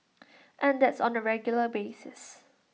and that's on A regular basis